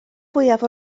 fwyaf